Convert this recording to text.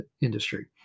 industry